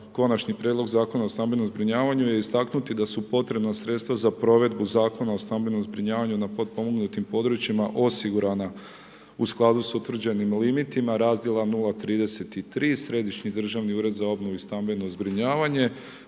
Konačni prijedlog zakona o stambenom zbrinjavanju je istaknuti da su potrebna sredstva za provedbu Zakona o stambenom zbrinjavanju osigurana u skladu s utvrđenim limitima razdjela 033 Središnji državni ured za obnovu i stambeno zbrinjavanje